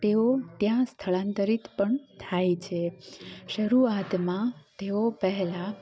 તેઓ ત્યાં સ્થળાંતરીત પણ થાય છે શરૂઆતમાં તેઓ પહેલા